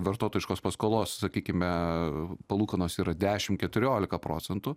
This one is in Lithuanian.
vartotojiškos paskolos sakykime palūkanos yra dešim keturiolika procentų